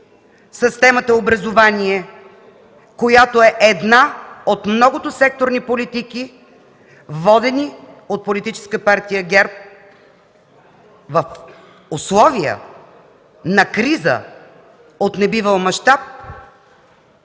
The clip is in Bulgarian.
с темата образование, която е една от многото секторни политики, водени от Политическа партия ГЕРБ в условия на криза от небивал мащаб